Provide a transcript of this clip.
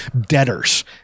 debtors